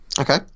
Okay